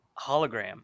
hologram